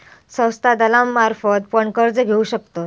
संस्था दलालांमार्फत पण कर्ज घेऊ शकतत